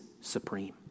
supreme